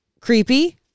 creepy